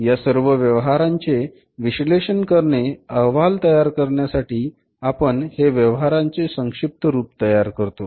ह्या सर्व व्यवहारांचे विश्लेषण करणे अहवाल तयार करण्यासाठी आपण हे व्यवहारांचे संक्षिप्त रूप तयार करतो